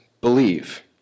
believe